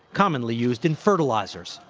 commonly used in fertilizers.